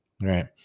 right